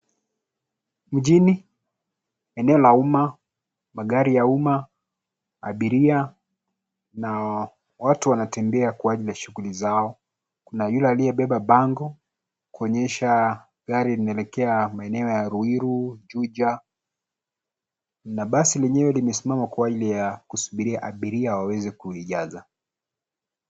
Mjini, eneo la umma, magari ya umma, abiria, na watu wanatembea kwa ajili ya shughuli zao. Kuna yule aliyebeba bango, kuonyesha gari linaelekea maeneo ya Ruiru, Juja, na basi lenyewe limesimama kwa ajili ya kusubiria abiria waweze kulijaza.